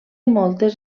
moltes